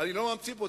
אני לא ממציא פה,